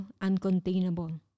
uncontainable